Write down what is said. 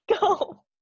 go